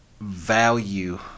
value